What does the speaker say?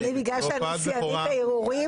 בהופעת בכורה.